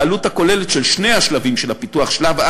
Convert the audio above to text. העלות הכוללת של שני השלבים של הפיתוח שלו,